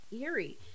eerie